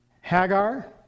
Hagar